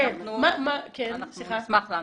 אין שום בעיה.